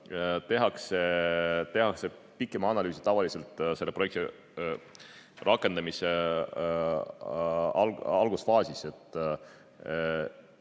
tehakse pikem analüüs tavaliselt projekti rakendamise algusfaasis. Ma